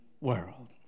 world